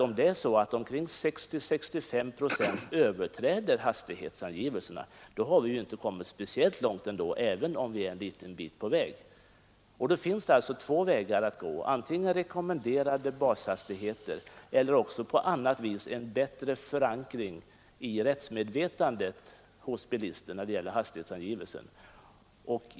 Om 60—65 procent överträder hastighetsangivelserna har vi faktiskt inte kommit speciellt långt, även om vi är en liten bit på väg. Då finns det två vägar att gå. Antingen har vi rekommenderade bashastigheter, eller också måste vi på annat sätt genom ökad differentiering få en bättre förankring i rättsmedvetandet hos bilisterna för hastighetsangivelsen.